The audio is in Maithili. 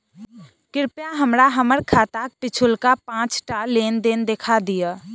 कृपया हमरा हम्मर खाताक पिछुलका पाँचटा लेन देन देखा दियऽ